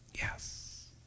Yes